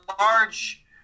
large